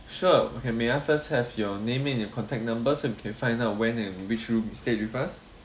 sure okay may I first have your name and your contact numbers so can find out when and which room stayed with us